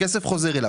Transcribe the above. כסף חוזר אליו.